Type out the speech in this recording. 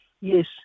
Yes